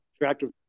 attractive